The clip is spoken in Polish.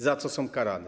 Za co są karane?